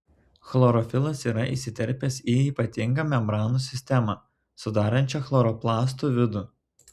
chlorofilas yra įsiterpęs į ypatingą membranų sistemą sudarančią chloroplastų vidų